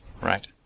right